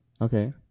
Okay